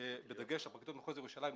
בדגש על פרקליטות מחוז ירושלים,